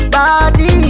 Body